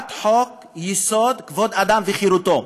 הצעת חוק-יסוד כבוד האדם וחירותו.